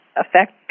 affect